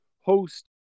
host